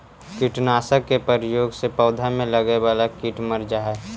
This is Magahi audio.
कीटनाशक के प्रयोग से पौधा में लगे वाला कीट मर जा हई